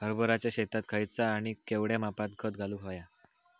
हरभराच्या शेतात खयचा आणि केवढया मापात खत घालुक व्हया?